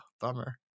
bummer